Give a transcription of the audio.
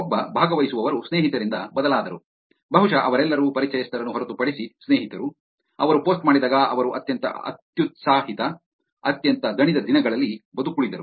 ಒಬ್ಬ ಭಾಗವಹಿಸುವವರು ಸ್ನೇಹಿತರಿಂದ ಬದಲಾದರು ಬಹುಶಃ ಅವರೆಲ್ಲರೂ ಪರಿಚಯಸ್ಥರನ್ನು ಹೊರತುಪಡಿಸಿ ಸ್ನೇಹಿತರು ಅವರು ಪೋಸ್ಟ್ ಮಾಡಿದಾಗ ಅವರು ಅತ್ಯಂತ ಅತ್ಯಾತ್ಸಹಿತ ಅತ್ಯಂತ ದಣಿದ ದಿನಗಳಲ್ಲಿ ಬದುಕುಳಿದರು